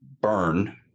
burn